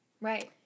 Right